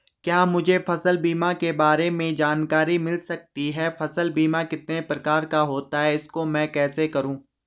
क्या मुझे फसल बीमा के बारे में जानकारी मिल सकती है फसल बीमा कितने प्रकार का होता है इसको मैं कैसे करूँ?